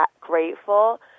grateful